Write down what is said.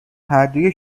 هردو